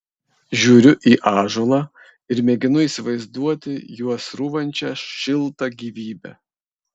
žiūriu į ąžuolą ir mėginu įsivaizduoti juo srūvančią šiltą gyvybę